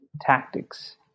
tactics